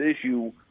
issue